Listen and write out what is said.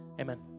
Amen